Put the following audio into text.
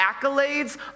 accolades